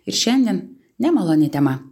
ir šiandien nemaloni tema